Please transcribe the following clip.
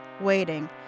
waiting